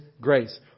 grace